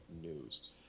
news